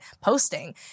posting